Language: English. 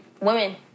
Women